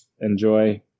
Enjoy